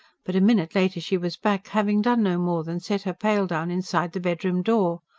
but a minute later she was back, having done no more than set her pail down inside the bedroom door.